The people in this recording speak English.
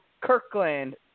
Kirkland